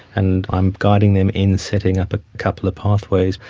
and i'm guiding them in setting up a couple of pathways.